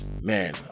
man